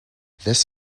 this